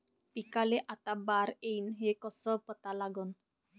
पिकाले आता बार येईन हे कसं पता लागन?